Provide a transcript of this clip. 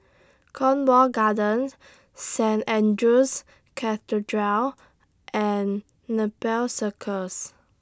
Cornwall Gardens Saint Andrew's Cathedral and Nepal Circus